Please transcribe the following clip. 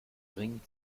ring